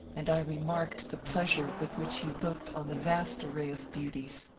and i remarked the pleasure with which he looked on the vast array of beauties.